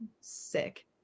sick